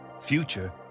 future